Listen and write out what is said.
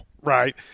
right